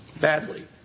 badly